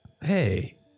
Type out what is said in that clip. Hey